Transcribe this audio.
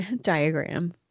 diagram